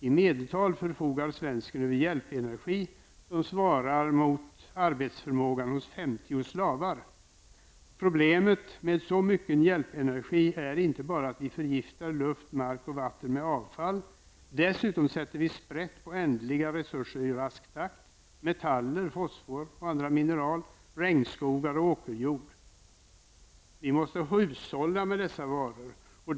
I medeltal förfogar svensken över hjälpenergi som svarar mot arbetsförmågan hos 50 slavar. Problemet med så mycken hjälpenergi är inte bara att vi förgiftar luft, mark och vatten med avfall. Vi sätter dessutom sprätt på andra ändliga resurser i rask takt: metaller, fosfor och andra mineral, regnskogar och åkerjord. Vi måste hushålla med dessa varor.